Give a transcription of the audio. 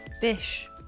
fish